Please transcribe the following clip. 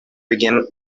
begin